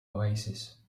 oasis